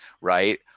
right